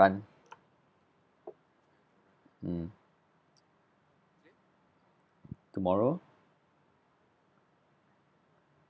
~un mm tomorrow